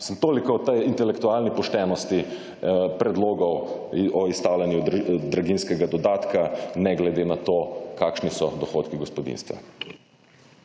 toliko o tej intelektualni poštenosti predlogov o izstavljanju draginjskega dodatka ne glede na to, kakšni so dohodki gospodinjstva.